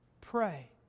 Pray